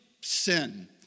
sin